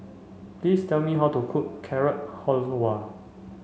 please tell me how to cook Carrot Halwa